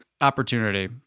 opportunity